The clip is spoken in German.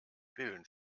pillen